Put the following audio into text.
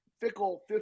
fickle